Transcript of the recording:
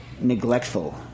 neglectful